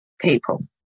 people